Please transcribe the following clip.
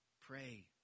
pray